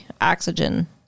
oxygen